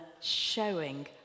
showing